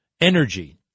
energy